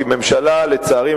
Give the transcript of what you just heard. לצערי,